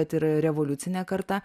bet ir revoliucinė karta